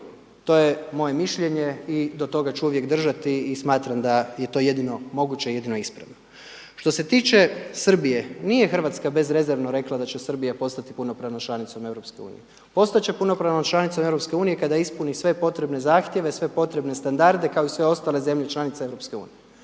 To je moje mišljenje i do toga ću uvijek držati i smatram da je to jedino moguće i jedino ispravno. Što se tiče Srbije, nije Hrvatska bezrezervno rekla da će Srbija postati punopravnom članicom Europske unije. Postat će punopravnom članicom Europske unije kada ispuni sve potrebne zahtjeve, sve potrebne standarde kao i sve ostale zemlje članice